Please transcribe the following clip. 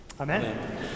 Amen